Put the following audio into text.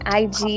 ig